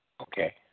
Okay